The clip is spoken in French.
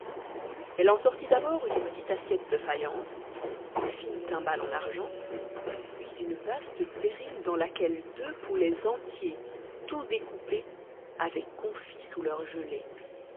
elle en sortit d'abord une petite assiette de faïence une fine timbale en argent puis une vaste terrine dans laquelle deux poulets entiers tout découpés avaient confi sous leur gelée